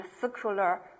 circular